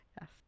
Yes